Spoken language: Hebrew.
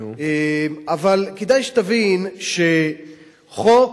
אבל כדאי שתבין שחוק